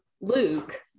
luke